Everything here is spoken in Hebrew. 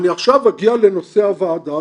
אני עכשיו אגיע לנושא הוועדה,